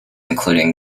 including